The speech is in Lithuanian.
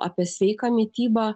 apie sveiką mitybą